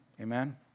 Amen